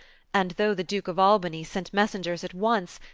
and though the duke of. albany sent messengers at once,